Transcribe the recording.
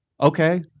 Okay